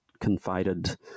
confided